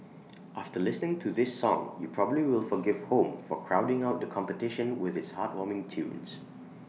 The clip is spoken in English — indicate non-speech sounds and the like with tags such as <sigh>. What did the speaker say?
after listening to this song you probably will forgive home for crowding out the competition with its heartwarming tunes <noise>